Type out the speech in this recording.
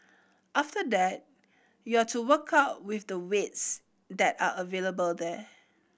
after that you're to work out with the weights that are available there